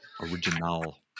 original